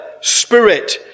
spirit